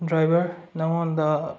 driver ꯅꯉꯣꯟꯗ